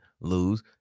lose